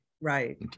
Right